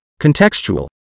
contextual